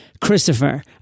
christopher